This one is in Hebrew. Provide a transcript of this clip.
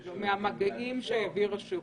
לבצע מהלך שבו אנשים היו צריכים להירשם.